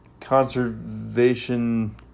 Conservation